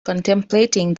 contemplating